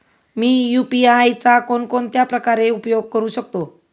मी UPI चा कोणकोणत्या प्रकारे उपयोग करू शकतो?